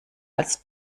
als